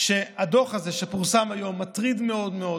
שהדוח הזה שפורסם היום מטריד מאוד מאוד,